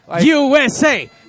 USA